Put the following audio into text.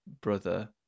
brother